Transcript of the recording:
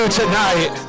tonight